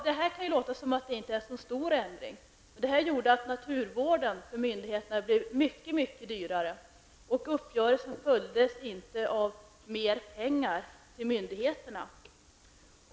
Det kan låta som om det inte är fråga om en särskilt stor ändring. Det medförde dock att naturvården blev mycket dyrare för myndigheterna. Uppgörelsen följdes inte av mera pengar till myndigheterna.